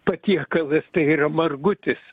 patiekalas tai yra margutis